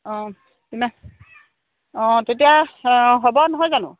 অঁ কিমান অঁ তেতিয়া অঁ হ'ব নহয় জানো